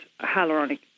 hyaluronic